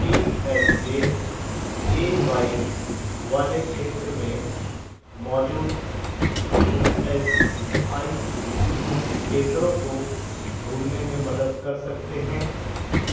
P M J A Y वाले क्षेत्र में मौजूद इ अस आई सी केंद्रों को ढूँढ़ने में मदद कर सकते हैं